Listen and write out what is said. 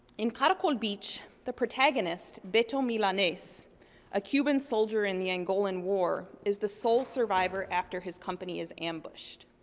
in caracol beach, the protagonist, beto milanes, a a ah cuban soldier in the angolan war, is the sole survivor after his company is ambushed.